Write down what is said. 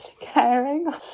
caring